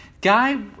Guy